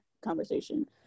conversation